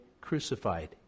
crucified